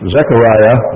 Zechariah